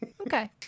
Okay